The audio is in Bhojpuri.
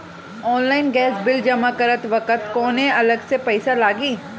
ऑनलाइन गैस बिल जमा करत वक्त कौने अलग से पईसा लागी?